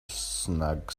snag